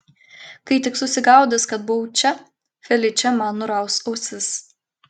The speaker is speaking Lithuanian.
kai tik susigaudys kad buvau čia feličė man nuraus ausis